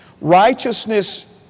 Righteousness